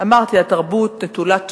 אמרתי שהתרבות נטולת מקום,